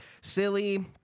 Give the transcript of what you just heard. silly